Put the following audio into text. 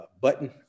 button